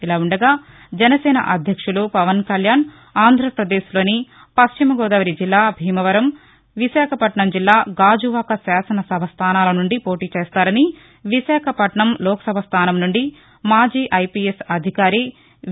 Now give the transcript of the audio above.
ఇలా ఉండగా జనసేన అధ్యక్షులు పవన్ కళ్యాణ్ ఆంధ్రప్రదేశ్లోని పశ్చిమ గోదావరి జిల్లా భీమవరం విశాఖపట్నం జిల్లా గాజువాక శాసన సభ స్థానాలనుండి పోటీ చేస్తారని విశాఖపట్నం లోక్సభ స్థానం సుండి మాజీ ఐపిఎస్ అధికారి వి